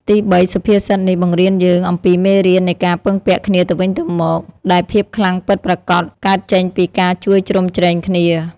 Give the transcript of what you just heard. ទីបី សុភាសិតនេះបង្រៀនយើងអំពីមេរៀននៃការពឹងពាក់គ្នាទៅវិញទៅមក ដែលភាពខ្លាំងពិតប្រាកដកើតចេញពីការជួយជ្រោមជ្រែងគ្នា។